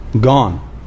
Gone